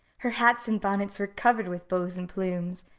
her hats and bonnets were covered with bows and plumes,